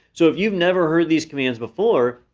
so if you've never heard these commands before,